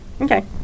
Okay